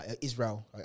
Israel